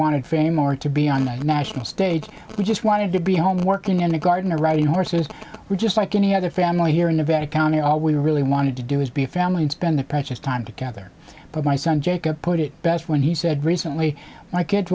wanted for a moment to be on the national stage we just wanted to be home working in the garden or riding horses we're just like any other family here in nevada county all we really wanted to do is be a family and spend the precious time together but my son jacob put it best when he said recently my kids